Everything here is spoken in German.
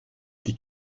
die